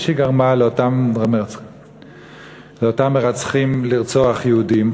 היא שגרמה לאותם מרצחים לרצוח יהודים.